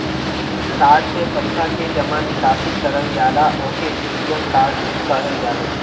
card से पइसा के जमा निकासी करल जाला ओके ए.टी.एम कार्ड कहल जाला